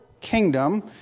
kingdom